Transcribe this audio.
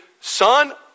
son